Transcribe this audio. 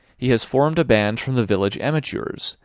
he has formed a band from the village amateurs,